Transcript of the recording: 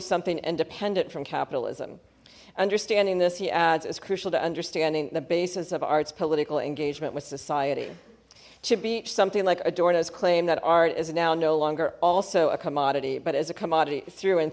something and dependent from capitalism understanding this he adds is crucial to understanding the basis of art's political engagement with society to be something like adorno's claim that art is now no longer also a commodity but as a commodity through and